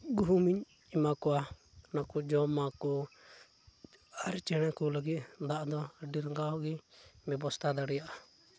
ᱜᱩᱦᱩᱢ ᱤᱧ ᱮᱢᱟ ᱠᱚᱣᱟ ᱚᱱᱟ ᱠᱚ ᱡᱚᱢ ᱟᱠᱚ ᱟᱨ ᱪᱮᱬᱮ ᱠᱚ ᱞᱟᱹᱜᱤᱫ ᱫᱟᱜ ᱫᱚ ᱟᱹᱰᱤ ᱨᱟᱸᱜᱟᱣ ᱜᱮ ᱵᱮᱵᱚᱥᱛᱷᱟ ᱫᱟᱲᱮᱭᱟᱜᱼᱟ